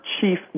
chief